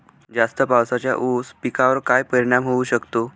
जास्त पावसाचा ऊस पिकावर काय परिणाम होऊ शकतो?